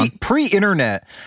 Pre-internet